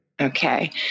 Okay